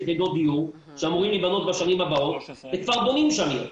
יחידות דיור שאמורים להיבנות בשנים הבאות וכבר בונים שם עיר.